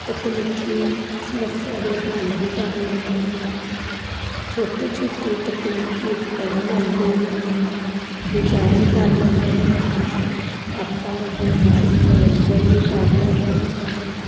ਤਕਨੀਕੀ ਸਮੱਸਿਆ ਦੇ ਹੱਲ ਵੀ ਕਰ ਲੈਂਦੇ ਹਾਂ ਛੋਟੇ ਛੋਟੇ ਤਕਨੀਕੀ ਉਪਕਰਨ ਹੁੰਦੇ ਹਨ ਡਿਜ਼ਾਇਨ ਕਰ ਲੈਂਦੇ ਹਾਂ ਆਪਾਂ ਉਹਦੇ ਨਾਲ ਮੰਨੋਰੰਜਨ ਵੀ ਕਰ ਲੈਂਦੇ ਹਾਂ